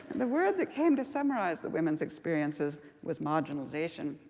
the word that came to summarize the women's experiences was marginalization,